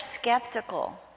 skeptical